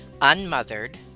unmothered